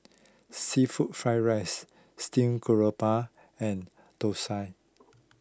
Seafood Fried Rice Steamed Garoupa and Dosa